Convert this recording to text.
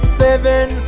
seven